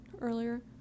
earlier